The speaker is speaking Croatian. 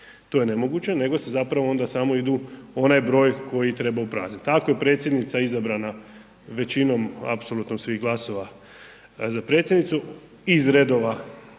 to je nemoguće nego se zapravo onda samo idu onaj broj koji treba upraznit. Ako je predsjednica izabrana većinom apsolutno svih glasova za predsjednicu iz redova